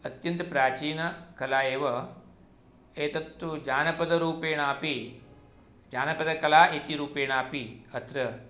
अत्यन्तप्राचीनकला एव एतत्तु जानपदरूपेणापि जानपदकला इति रूपेणापि अत्र